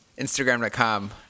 Instagram.com